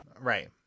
right